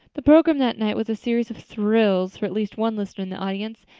the program that night was a series of thrills for at least one listener in the audience,